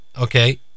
okay